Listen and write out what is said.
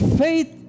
faith